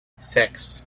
six